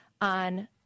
on